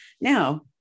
Now